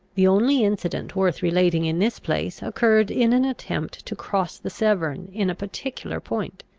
the only incident worth relating in this place occurred in an attempt to cross the severn in a particular point.